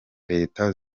leta